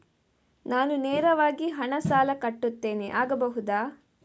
ನಾನು ನೇರವಾಗಿ ಹಣ ಸಾಲ ಕಟ್ಟುತ್ತೇನೆ ಆಗಬಹುದ?